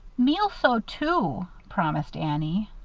me'll sew, too, promised annie.